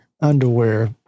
underwear